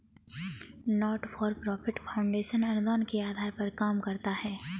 not for profit foundation अनुदान के आधार पर काम करता है